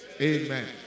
Amen